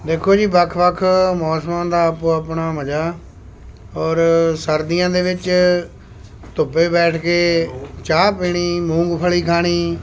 ਦੇਖੋ ਜੀ ਵੱਖ ਵੱਖ ਮੌਸਮਾਂ ਦਾ ਆਪੋ ਆਪਣਾ ਮਜ਼ਾ ਔਰ ਸਰਦੀਆਂ ਦੇ ਵਿੱਚ ਧੁੱਪੇ ਬੈਠ ਕੇ ਚਾਹ ਪੀਣੀ ਮੂੰਗਫਲੀ ਖਾਣੀ